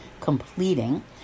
completing